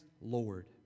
Lord